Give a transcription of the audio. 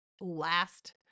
last